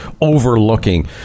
overlooking